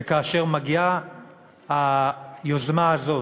וכאשר מגיעה היוזמה הזאת,